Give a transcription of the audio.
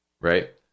Right